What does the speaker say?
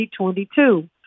2022